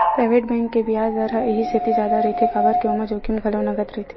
private bank के बियाज दर ह इहि सेती जादा रहिथे काबर के ओमा जोखिम घलो नँगत रहिथे